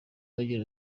agira